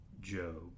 job